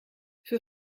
für